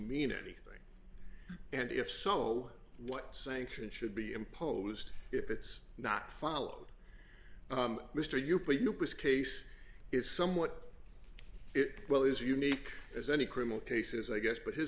mean anything and if so what sanction should be imposed if it's not followed mr you put your case is somewhat it well as unique as any criminal cases i guess but his